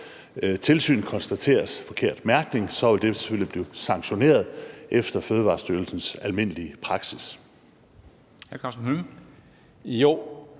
tilsyn konstateres forkert mærkning, vil det selvfølgelig blive sanktioneret efter Fødevarestyrelsens almindelige praksis.